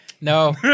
No